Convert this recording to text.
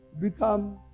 become